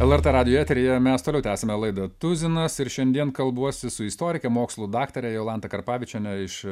lrt radijo eteryje mes toliau tęsėme laidą tuzinas ir šiandien kalbuosi su istorike mokslų daktare jolanta karpavičienė iš